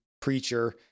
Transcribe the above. Preacher